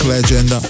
Legend